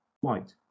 White